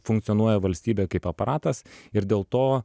funkcionuoja valstybė kaip aparatas ir dėl to